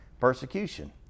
persecution